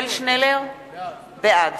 עתניאל שנלר, בעד